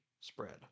spread